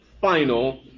final